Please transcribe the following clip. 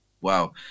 wow